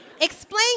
explain